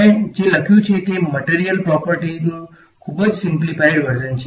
મેં જે લખ્યું છે તે મટેરીયલ પ્રોપર્ટીઝનું ખૂબ જ સીમ્પ્લીફાઈડ વર્ઝન છે